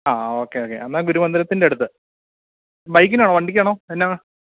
ആ okay okay എന്നാൽ ഗുരുമന്ദിരത്തിന്റെ അടുത്ത് ബൈക്കിനാണോ വണ്ടിക്കാണോ എന്നാൽ